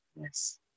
Yes